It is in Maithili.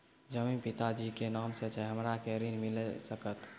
जमीन पिता जी के नाम से छै हमरा के ऋण मिल सकत?